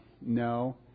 no